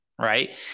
right